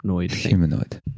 Humanoid